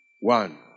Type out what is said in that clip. one